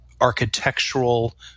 architectural